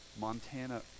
Montana